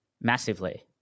massively